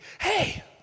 hey